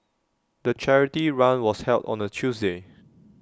the charity run was held on A Tuesday